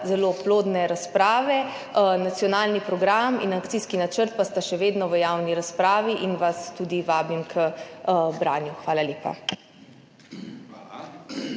zelo plodne razprave, nacionalni program in akcijski načrt pa sta še vedno v javni razpravi in vas tudi vabim k branju. Hvala lepa.